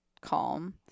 calm